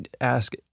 ask